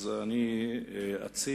אז אני אציג